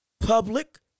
public